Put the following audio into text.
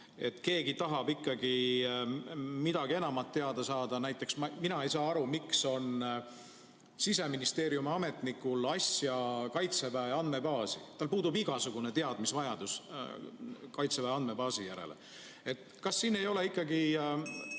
keegi tahab ikkagi midagi enamat teada saada. Näiteks mina ei saa aru, miks on Siseministeeriumi ametnikul asja kaitseväe andmebaasi. Tal puudub igasugune teadmisvajadus kaitseväe andmebaasi järele. Kas siin ei ole ikkagi